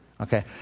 okay